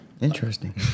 Interesting